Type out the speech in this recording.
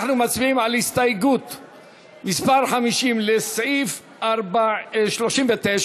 אנחנו מצביעים על הסתייגות מס' 50 לסעיף 39,